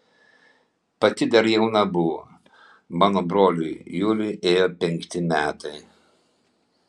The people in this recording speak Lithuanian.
pati dar jauna buvo mano broliui juliui ėjo penkti metai